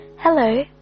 Hello